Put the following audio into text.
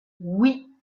oui